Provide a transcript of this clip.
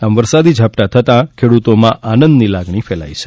આમ વરસાદી ઝાપટાં થતાં ખેડૂતોમાં આનંદની લાગણી ફેલાઈ છે